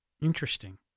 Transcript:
Interesting